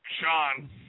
Sean